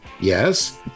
Yes